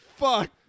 Fuck